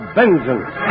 vengeance